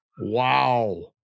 Wow